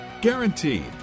Guaranteed